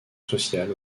social